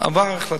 עברה החלטה.